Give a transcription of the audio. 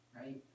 right